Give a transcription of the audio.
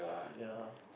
ya